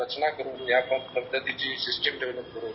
रचना करून या पद्धतीची सिस्टीम डेव्हलप केली आहे